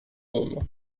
olumlu